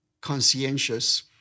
conscientious